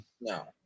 No